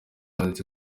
yanditse